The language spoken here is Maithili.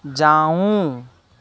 जाउ